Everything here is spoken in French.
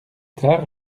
tard